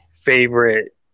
favorite